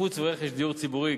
שיפוץ ורכש דיור ציבורי,